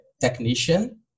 technician